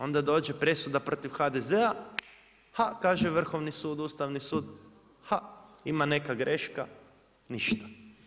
Onda dođe presuda protiv HDZ-a, ha kaže Vrhovni sud, Ustavni sud, ha ima neka greška ništa.